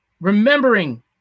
Remembering